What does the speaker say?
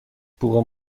بوق